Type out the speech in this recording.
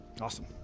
Awesome